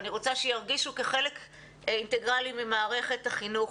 אני רוצה שירגישו כחלק אינטגרלי ממערכת החינוך,